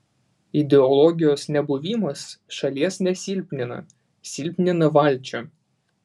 ideologijos nebuvimas šalies nesilpnina silpnina valdžią